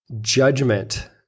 judgment